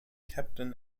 captain